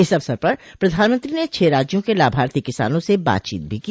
इस अवसर पर प्रधानमंत्री ने छह राज्यों के लाभार्थी किसानों से बातचीत भी की